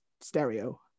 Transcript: stereo